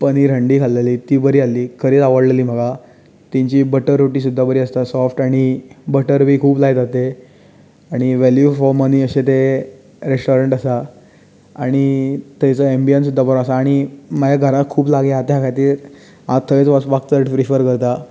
पनीर हंडी खालेली ती बरी आसलेली खरीच आवडलेली म्हाका तांची बटर रोटी सुद्दां बरी आसता सोफ्ट आनी बटर बी खूब लायतात ते आनी वेल्यू फोर मनी अशें तें रेस्टोरंट आसा आनी थंयचो एम्बियंस सुद्दां बरो आसा आनी म्हज्या घरा खूब लागीं आसा त्या खातीर हांव थंयच वचपाक चड प्रिफर करता